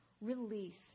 release